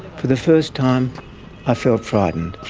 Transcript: for the first time i felt frightened.